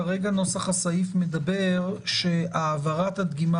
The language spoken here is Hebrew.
כרגע נוסח הסעיף מדבר על כך שהעברת הדגימה